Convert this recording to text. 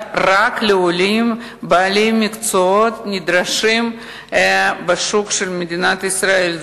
רק לעולים בעלי מקצועות נדרשים בשוק של מדינת ישראל,